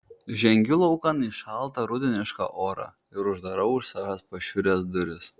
žengiu laukan į šaltą rudenišką orą ir uždarau už savęs pašiūrės duris